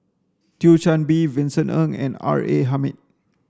Thio Chan Bee Vincent Ng and R A Hamid